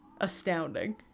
astounding